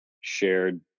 shared